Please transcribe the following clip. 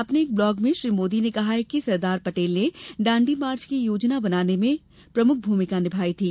अपने एक ब्लॉग में श्री मोदी ने कहा कि सरदार पटेल ने दांड़ी मार्च की योजना बनाने में प्रमुख भूमिका निभाई थी